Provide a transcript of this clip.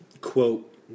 Quote